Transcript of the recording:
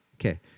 Okay